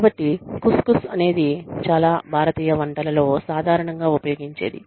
కాబట్టి ఖుస్ ఖుస్ అనేది చాలా భారతీయ వంటలలో సాధారణంగా ఉపయోగించేది